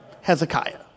Hezekiah